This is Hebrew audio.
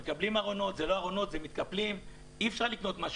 הם מקבלים ארונות אלה לא ארונות אלא מתקפלים.